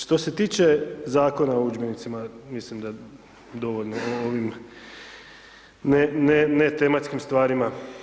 Što se tiče Zakona o udžbenicima, mislim da dovoljno o ovim netematskim stvarima.